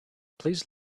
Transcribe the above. please